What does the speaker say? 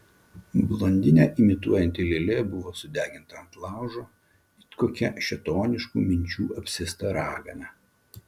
blondinę imituojanti lėlė buvo sudeginta ant laužo it kokia šėtoniškų minčių apsėsta ragana